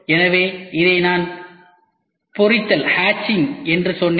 எனவே இதை நான் பொரித்தல் என்று சொன்னேன்